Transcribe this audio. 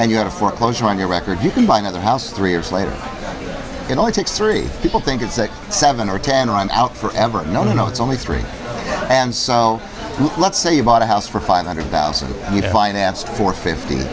and you had a foreclosure on your record you can buy another house three years later it only takes three people think it's seven or ten runs out forever no no it's only three and so let's say you bought a house for five hundred thousand financed for fifty